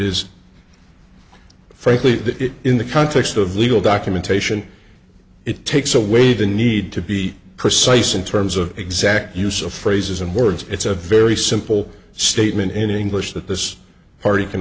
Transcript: is frankly that in the context of legal documentation it takes away the need to be precise in terms of exact use of phrases and words it's a very simple statement in english that this party can